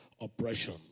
oppression